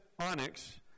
onyx